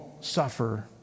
suffer